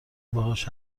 باهاش